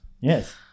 Yes